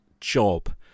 job